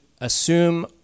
assume